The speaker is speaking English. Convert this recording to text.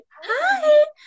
hi